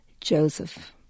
Joseph